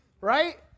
Right